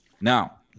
Now